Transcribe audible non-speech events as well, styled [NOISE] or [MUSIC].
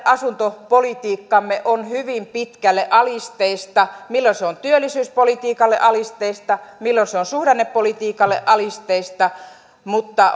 asuntopolitiikkamme on hyvin pitkälle alisteista milloin se on työllisyyspolitiikalle alisteista milloin se on suhdannepolitiikalle alisteista mutta [UNINTELLIGIBLE]